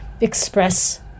express